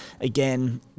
Again